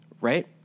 right